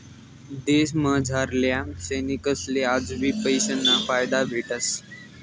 देशमझारल्या सैनिकसले आजबी पेंशनना फायदा भेटस